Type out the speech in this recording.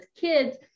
kids